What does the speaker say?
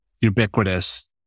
ubiquitous